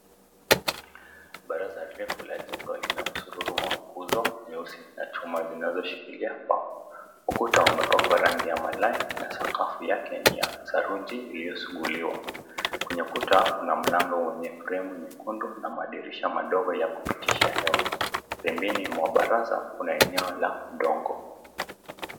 Barasa ya kefu la jengo lina msururu wa nguzo nyeusi na chuma zinazoshikilia paa. Ukuta umepakwa rangi ya malae na sakafu yake ni ya saruji iliyosuguliwa. Kwenye kuta kuna mlango wenye fremu nyekundu, na madirisha madogo ya kupitishia hewa. Pembeni mwa barasa kuna eneo la udongo.